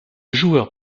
joueur